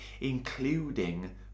including